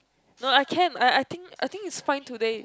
no I can't I I think I think is fine today